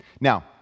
Now